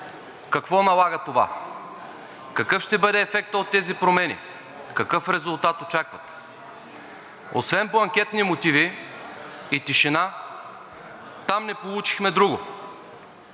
какво налага това, какъв ще бъде ефектът от тези промени, какъв резултат очакват. Освен бланкетни мотиви и тишина там не получихме друго.